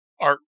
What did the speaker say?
art